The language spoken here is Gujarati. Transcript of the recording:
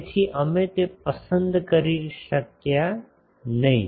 તેથી અમે તે પસંદ કરી શક્યા નહીં